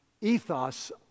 ethos